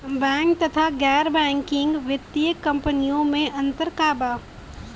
Bank तथा गैर banking वित्तीय कम्पनीयो मे अन्तर का बा?